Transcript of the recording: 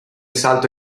salto